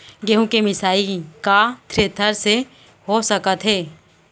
गेहूँ के मिसाई का थ्रेसर से हो सकत हे?